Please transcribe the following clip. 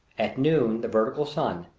at noon the vertical sun,